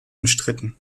umstritten